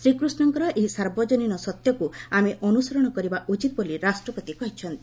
ଶ୍ରୀକୃଷ୍ଣଙ୍କର ଏହି ସାର୍ବଜନୀନ ସତ୍ୟକୁ ଆମେ ଅନୁସରଣ କରିବା ଉଚିତ ବୋଲି ରାଷ୍ଟ୍ରପତି କହିଚ୍ଛନ୍ତି